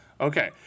Okay